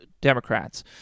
Democrats